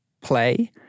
play